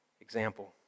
example